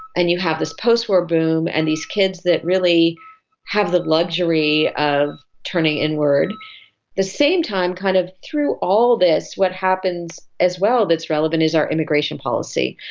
and you have this post-war boom and these kids that really have the luxury of turning inward. at the same time kind of through all this what happens as well that's relevant is our immigration policy.